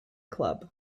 club